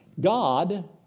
God